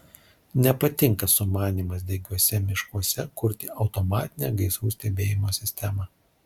nepatinka sumanymas degiuose miškuose kurti automatinę gaisrų stebėjimo sistemą